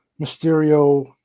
Mysterio